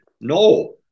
No